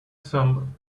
some